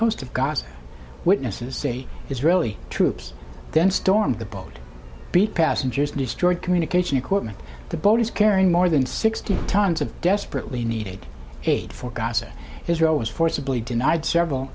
coast of gaza witnesses say israeli troops then stormed the boat beat passengers and destroyed communication equipment the boat is carrying more than sixty tons of desperately needed aid for gaza israel was forcibly denied several